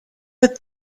with